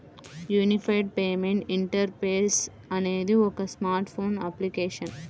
unified payment interface అనేది ఒక smart phone application